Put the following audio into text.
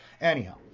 Anyhow